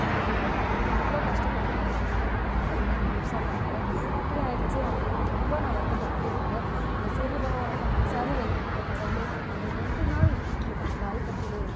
எங்களுக்கு என்ன பண்ணுறது இவ்ளோ கஷ்டப்பட்டு நான் பண்ணி அது நான் முதல் டைம் முழுசாக பண்ணுறேன் இப்படி ஆகிடுச்சே அப்படிங்கிறது ரொம்ப நான் வருத்தப்பட்டுட்டே இருந்தேன் அந்த சூரிய பகவானை நான் மனசார வேண்டிகிட்டு கடவுளே ஒரு ரெண்டு நாள் எங்களுக்கான வாய்ப்பை கொடு